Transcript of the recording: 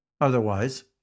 Otherwise